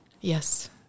Yes